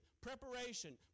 preparation